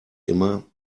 immer